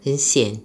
很 sian